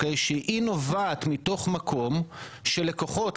שנובעת מתוך מקום של לקוחות,